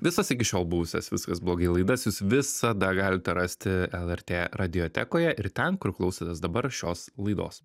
visas iki šiol buvusias viskas blogai laidas jūs visada galite rasti lrt radiotekoje ir ten kur klausotės dabar šios laidos